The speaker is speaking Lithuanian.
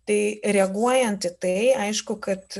tai reaguojant į tai aišku kad